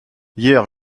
hier